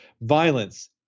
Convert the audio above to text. Violence